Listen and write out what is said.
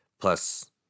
Plus